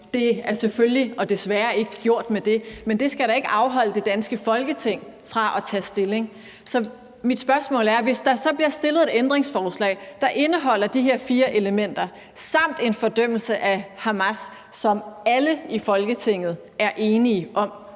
Det er selvfølgelig og desværre ikke gjort med det, men det skal da ikke afholde det danske Folketing fra at tage stilling. Så mit spørgsmål er: Hvis der så bliver stillet et ændringsforslag, der indeholder de her fire elementer samt en fordømmelse af Hamas, som alle i Folketinget er enige om